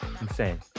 insane